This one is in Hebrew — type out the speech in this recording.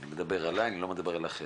אני מדבר עליי, אני לא מדבר על אחרים,